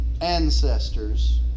ancestors